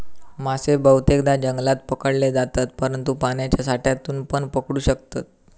मासे बहुतेकदां जंगलात पकडले जातत, परंतु पाण्याच्या साठ्यातूनपण पकडू शकतत